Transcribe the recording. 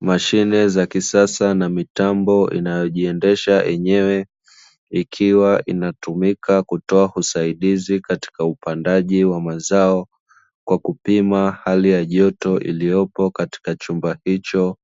Mashine za kisasa na mitambo inayojiendesha yenyewe, ikiwa inatumika kutoa usaidizi katika upandaji wa mazao kwa kupima hali ya joto iliyopo katika chumba hicho,